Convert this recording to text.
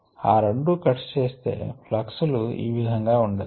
ఈ రెండు కట్స్ చేస్తే ప్లక్స్ లు ఈ విధం గా ఉండొచ్చు